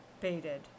baited